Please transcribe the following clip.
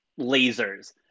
lasers